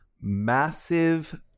massive